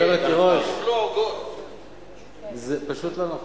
גברת תירוש, זה פשוט לא נכון.